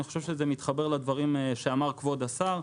אני חושב שזה מתחבר לדברים שאמר כבוד השר,